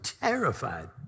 terrified